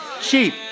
cheap